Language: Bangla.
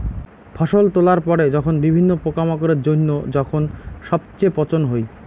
ফসল তোলার পরে যখন বিভিন্ন পোকামাকড়ের জইন্য যখন সবচেয়ে পচন হই